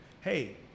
Hey